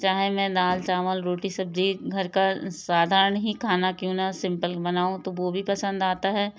चाहे मैं दाल चावल रोटी सब्जी घर का साधारण ही खाना क्यों ना सिंपल बनाऊँ तो वो भी पसंद आता है